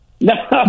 No